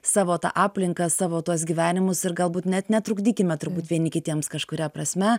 savo tą aplinką savo tuos gyvenimus ir galbūt net netrukdykime turbūt vieni kitiems kažkuria prasme